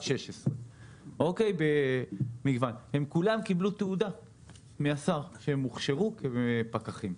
16:00. הם כולם קיבלו תעודה מהשר שהם הוכשרו כפקחים.